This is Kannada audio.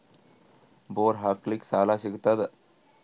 ಬೋರ್ ಹಾಕಲಿಕ್ಕ ಸಾಲ ಸಿಗತದ?